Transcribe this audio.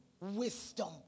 wisdom